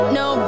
no